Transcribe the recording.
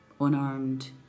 unarmed